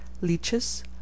leeches